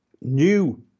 new